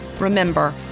Remember